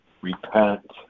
repent